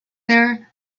there